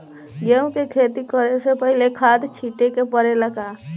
गेहू के खेती करे से पहिले खाद छिटे के परेला का?